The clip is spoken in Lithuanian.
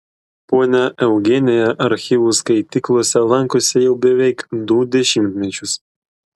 ponia eugenija archyvų skaityklose lankosi jau beveik du dešimtmečius